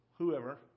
whoever